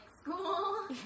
school